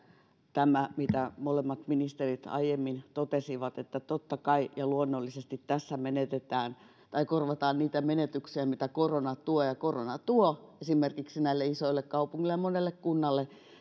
tämä mitä molemmat ministerit aiemmin totesivat että totta kai ja luonnollisesti tässä korvataan niitä menetyksiä mitä korona tuo ja korona tuo esimerkiksi isoille kaupungeille ja monelle kunnalle